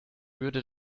würde